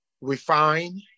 refine